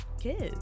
kids